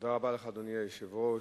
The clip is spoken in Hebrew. אדוני היושב-ראש,